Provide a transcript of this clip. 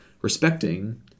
respecting